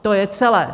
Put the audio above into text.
To je celé.